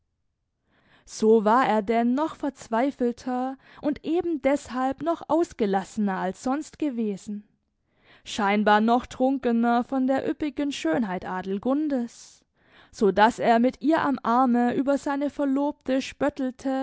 so war er denn noch verzweifelter und eben deshalb noch ausgelassener als sonst gewesen scheinbar noch trunkener von der üppigen schönheit adelgundes so daß er mit ihr am arme über seine verlobte spöttelte